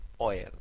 oil